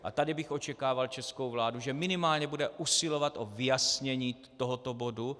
A tady bych očekával od české vlády, že minimálně bude usilovat o vyjasnění tohoto bodu.